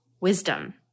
wisdom